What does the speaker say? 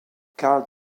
karl